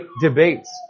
debates